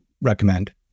recommend